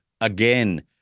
again